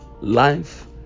Life